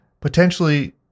potentially